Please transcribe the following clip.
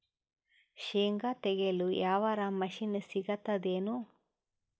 ಶೇಂಗಾ ತೆಗೆಯಲು ಯಾವರ ಮಷಿನ್ ಸಿಗತೆದೇನು?